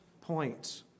point